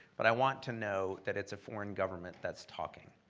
but i want to know that it's a foreign government that's talking.